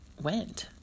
went